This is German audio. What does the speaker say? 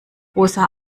rosa